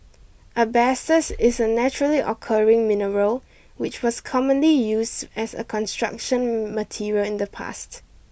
asbestos is a naturally occurring mineral which was commonly used as a construction material in the past